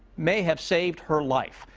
may have saved her life.